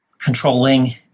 controlling